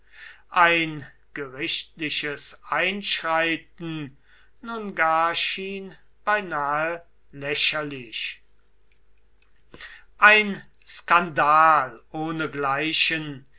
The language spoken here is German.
ein gerichtliches einschreiten nun gar schien beinahe lächerlich ein skandal